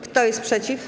Kto jest przeciw?